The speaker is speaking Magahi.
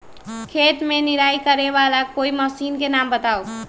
खेत मे निराई करे वाला कोई मशीन के नाम बताऊ?